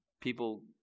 People